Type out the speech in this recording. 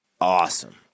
awesome